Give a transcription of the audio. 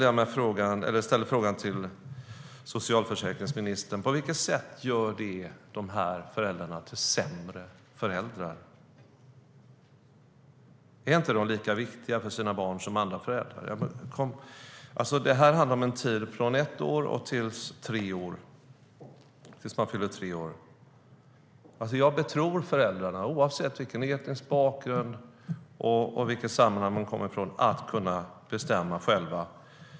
Jag ställer frågan till socialförsäkringsministern: På vilket sätt gör det de föräldrarna till sämre föräldrar? Är de inte lika viktiga för sina barn som andra föräldrar? Detta handlar om en tid från ett år tills barnet fyller tre år. Jag betror föräldrarna, oavsett vilken etnisk bakgrund eller vilket sammanhang de kommer ifrån, att kunna bestämma själva.